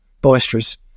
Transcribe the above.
boisterous